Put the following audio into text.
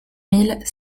mille